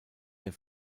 der